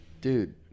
dude